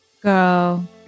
girl